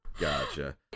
gotcha